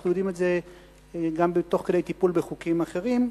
אנחנו יודעים את זה גם תוך כדי טיפול בחוקים אחרים.